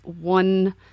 one